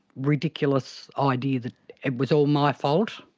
ridiculous idea that it was all my fault.